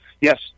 Yes